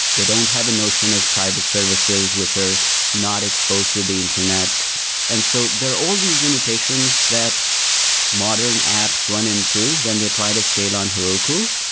they don't have a notion of private services, which are not exposed to the internet and so there all these limitations that modern apps run into when they try to scale on heroku.